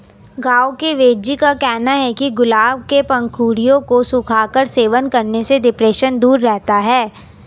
गांव के वेदजी का कहना है कि गुलाब के पंखुड़ियों को सुखाकर सेवन करने से डिप्रेशन दूर रहता है